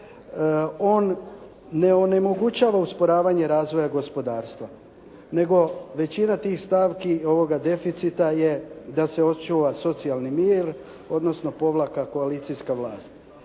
on ne onemogućava usporavanje razvoja gospodarstva nego većina tih stavki ovoga deficita je da se očuva socijalni mir odnosno povlaka koalicijska vlast.